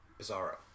Bizarro